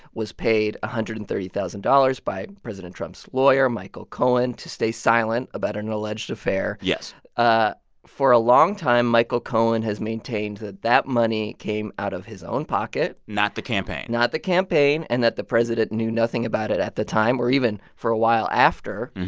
was paid one hundred and thirty thousand dollars by president trump's lawyer michael cohen to stay silent about an alleged affair yes ah for a long time, michael cohen has maintained that that money came out of his own pocket. not the campaign. not the campaign and that the president knew nothing about it at the time or even for a while after.